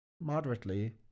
moderately